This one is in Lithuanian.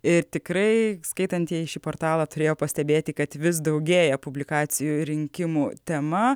ir tikrai skaitantieji šį portalą turėjo pastebėti kad vis daugėja publikacijų rinkimų tema